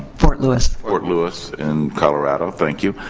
fort lewis. fort lewis in colorado. thank you.